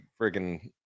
friggin